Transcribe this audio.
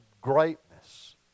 greatness